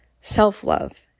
self-love